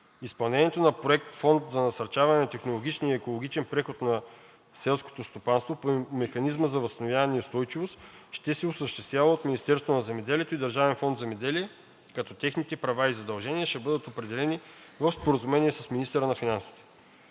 Изпълнението на проект „Фонд за насърчаване на технологичния и екологичен преход на селското стопанство“ по Механизма за възстановяване и устойчивост ще се осъществява от Министерството на земеделието и Държавен фонд „Земеделие“, като техните права и задължения ще бъдат определени в споразумение с министъра на финансите.